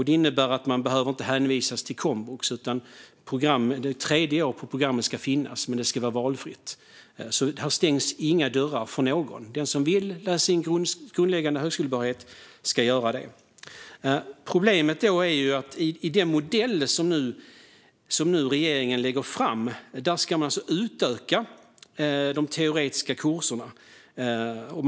Det innebär att man inte behöver hänvisas till komvux. Det tredje året på programmet ska finnas, men det ska vara valfritt. Här stängs inga dörrar för någon. Den som vill läsa in grundläggande högskolebehörighet ska göra det. Problemet är att de teoretiska kurserna ska utökas i den modell som regeringen nu lägger fram.